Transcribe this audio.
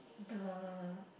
uh